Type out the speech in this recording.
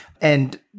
And-